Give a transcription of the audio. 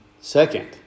second